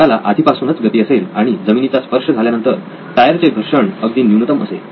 चाकाला आधीपासूनच गती असेल आणि जमिनीचा स्पर्श झाल्यानंतर टायरचे घर्षण अगदी न्यूनतम असेल